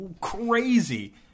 crazy